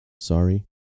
Sorry